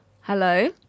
Hello